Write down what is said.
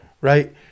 right